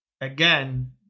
again